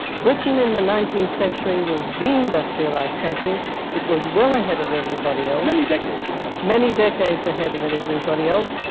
britain in the nineteenth century was the industrialized country it was well ahead of everybody else. mckenzie many decades ahead. many decades ahead of everybody else,